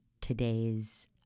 today's